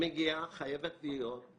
אני לא חושש מבדיקה.